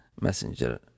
Messenger